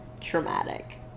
Traumatic